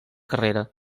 carrera